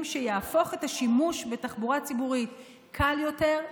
שיהפוך את השימוש בתחבורה הציבורית לקל יותר,